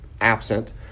absent